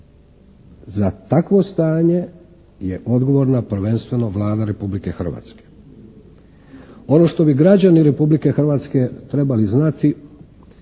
Za takvo stanje je odgovorna prvenstveno Vlada Republike Hrvatske. Ono što bi građani Republike Hrvatske trebali znati